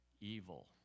evil